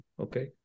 Okay